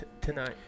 tonight